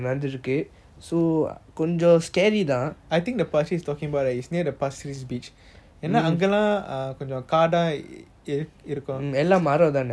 I think the pasir ris you talking about right is near the pasir ris beach என்ன அங்கலாம் கொஞ்சம் காட இருக்கும் எல்லாம் மரம் தான் ராத்திரி வந்து:enna angalam konjam kaada irukum ellam maram thaan rathiri vanthu so